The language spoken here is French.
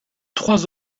trois